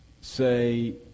say